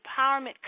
empowerment